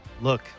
look